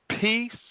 peace